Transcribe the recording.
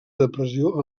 depressió